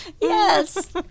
Yes